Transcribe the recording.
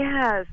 Yes